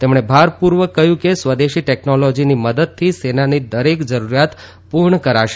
તેમણે ભારપૂર્વક કહ્યું કે સ્વદેશી ટેકનોલોજીની મદદથી સેનાની દરેક જરૂરિયાત પૂર્ણ કરાશે